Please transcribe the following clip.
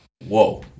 whoa